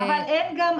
אבל אין גם,